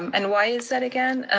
um and why is that again?